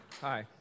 Hi